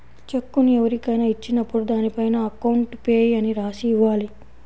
చెక్కును ఎవరికైనా ఇచ్చినప్పుడు దానిపైన అకౌంట్ పేయీ అని రాసి ఇవ్వాలి